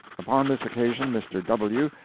upon this occasion mr. w.